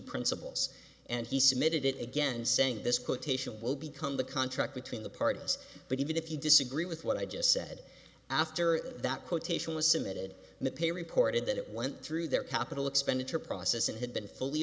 principals and he submitted it again saying this quotation will become the contract between the parties but even if you disagree with what i just said after that quotation was cemented in the paper reported that it went through their capital expenditure process and had been fully